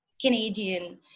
Canadian